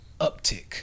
uptick